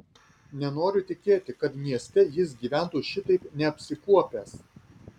nenoriu tikėti kad mieste jis gyventų šitaip neapsikuopęs